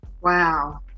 Wow